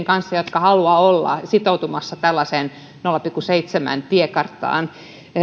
kanssa jotka haluavat olla sitoutumassa tällaiseen nolla pilkku seitsemän tiekarttaan